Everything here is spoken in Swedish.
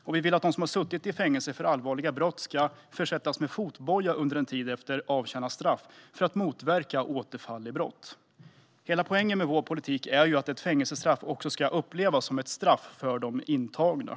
Och vi vill att de som har suttit i fängelse för allvarliga brott ska försättas med fotboja under en tid efter avtjänat straff för att motverka återfall i brott. Hela poängen med vår politik är att ett fängelsestraff också ska upplevas som ett straff för de intagna.